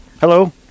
Hello